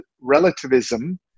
relativism